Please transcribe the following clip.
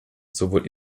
sowohl